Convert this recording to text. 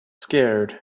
scared